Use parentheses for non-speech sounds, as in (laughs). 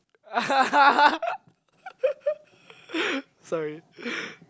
(laughs)